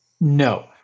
No